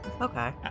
Okay